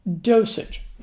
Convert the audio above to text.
dosage